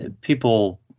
people